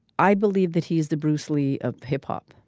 i believe that he is the bruce lee of hip hop.